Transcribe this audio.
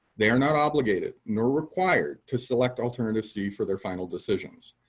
they are not obligated, nor required, to select alternative c for their final decisions.